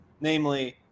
namely